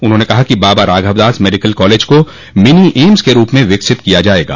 उन्होंने कहा कि बाबा राघवदास मेडिकल कॉलेज को मिनी एम्स के रूप में विकसित किया जायेगा